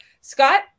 Scott